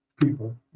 people